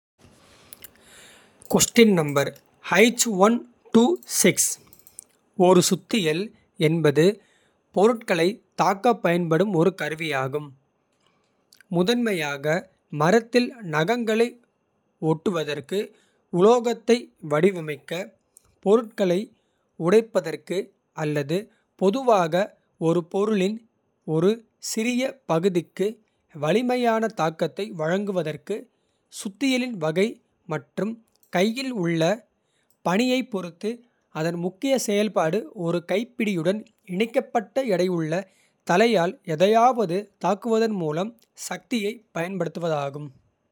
ஒரு சுத்தியல் என்பது பொருட்களைத் தாக்கப். பயன்படும் ஒரு கருவியாகும் முதன்மையாக மரத்தில். நகங்களை ஓட்டுவதற்கு உலோகத்தை வடிவமைக்க. பொருட்களை உடைப்பதற்கு அல்லது பொதுவாக ஒரு. பொருளின் ஒரு சிறிய பகுதிக்கு வலிமையான. தாக்கத்தை வழங்குவதற்கு சுத்தியலின் வகை மற்றும். கையில் உள்ள பணியைப் பொறுத்து அதன் முக்கிய. செயல்பாடு ஒரு கைப்பிடியுடன் இணைக்கப்பட்ட. எடையுள்ள தலையால் எதையாவது தாக்குவதன். மூலம் சக்தியைப் பயன்படுத்துவதாகும்.